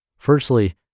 Firstly